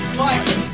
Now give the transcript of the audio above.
life